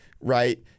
right